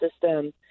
system